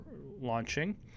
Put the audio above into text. launching